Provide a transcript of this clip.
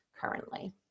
currently